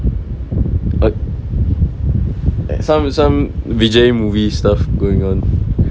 some some vijay movie stuff going on